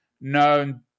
known